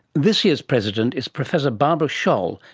this year's president is professor barbara schaal,